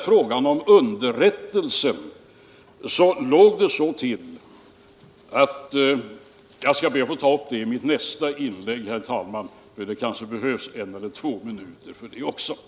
Frågan om underrättelse av oppositionen skall jag be att få ta upp i mitt nästa inlägg, herr talman, för det kanske behövs en eller två minuter för den kommentaren också.